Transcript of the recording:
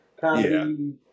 comedy